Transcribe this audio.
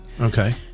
Okay